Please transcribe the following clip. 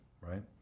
right